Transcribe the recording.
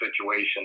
situation